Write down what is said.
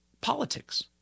politics